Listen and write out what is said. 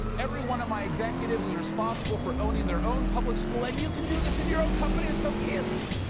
every one of my executives executives is responsible for owning their own public school, and you can do this in your own company. it's so easy.